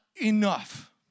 enough